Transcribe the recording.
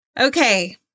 Okay